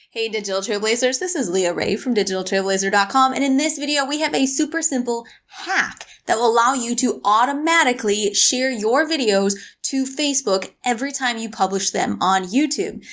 hey digital trailblazers, this is leah rae from digitaltrailblazer ah com, and in this video we have a super simple hack that will allow you to automatically share your videos to facebook every time you publish them on youtube.